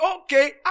okay